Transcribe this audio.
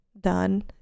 done